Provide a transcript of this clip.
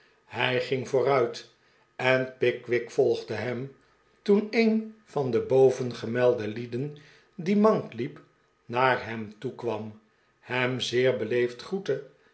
hij ging vooruit en pickwick volgde hem toen een van de bovengemelde lieden die mank liep naar hem toe kwam hem zeer beleefd groette